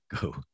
go